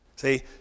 See